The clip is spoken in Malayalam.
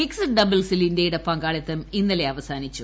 മിക്സഡ് ഡബിൾസിൽ ഇന്ത്യയുടെ പങ്കാളിത്തം ഇന്നലെ അവസാനിച്ചു